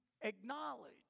acknowledge